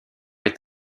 est